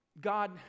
God